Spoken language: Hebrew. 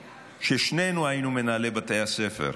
ששנינו היינו מנהלי בתי הספר,